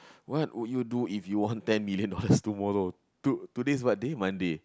what would you do if you want ten million dollars tomorrow to today is what day Monday